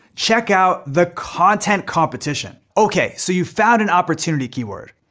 check out the content competition. okay, so you've found an opportunity keyword.